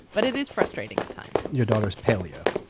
but it is frustrating at times your daughter is paleo